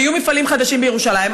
ויהיו מפעלים חדשים בירושלים,